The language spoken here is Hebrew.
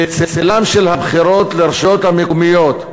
בצלן של הבחירות לרשויות המקומיות,